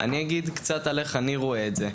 אני אגיד קצת על איך שאני רואה את זה.